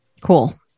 Cool